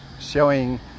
Showing